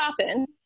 happen